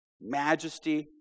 majesty